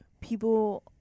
People